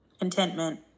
contentment